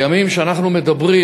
בימים שאנחנו מדברים,